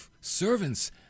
servants